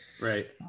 Right